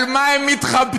על מה הם מתחבטים?